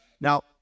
Now